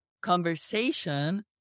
conversation